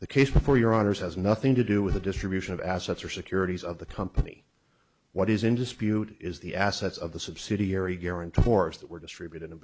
the case for your honour's has nothing to do with the distribution of assets or securities of the company what is in dispute is the assets of the subsidiary guarantors that were distributed